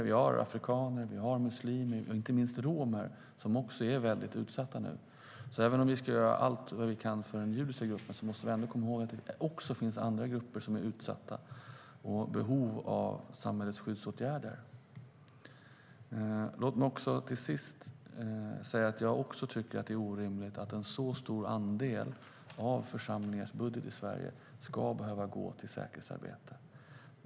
Vi har afrikaner, muslimer och inte minst romer som också är väldigt utsatta nu. Även om vi ska göra allt vad vi kan för den judiska gruppen måste vi komma ihåg att det också finns andra grupper som är utsatta och har behov av samhällets skyddsåtgärder. Jag tycker också att det är orimligt att en så stor andel av församlingens budget i Sverige ska behöva gå till säkerhetsarbete.